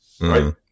Right